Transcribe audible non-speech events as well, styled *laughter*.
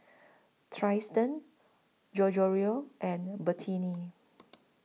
Triston *unintelligible* and Bertina